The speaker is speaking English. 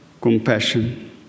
compassion